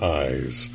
eyes